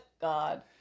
God